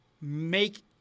make